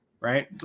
Right